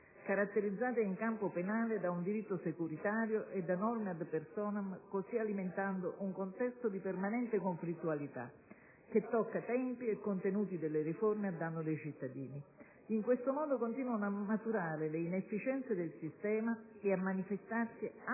caratterizzate in campo penale da un diritto securitario e da norme *ad personam*, così alimentando un contesto di permanente conflittualità, che tocca tempi e contenuti delle riforme a danno dei cittadini. In questo modo continuano a maturare le inefficienze del sistema e a manifestarsi aspri